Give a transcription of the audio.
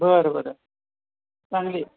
बरं बरं चांगली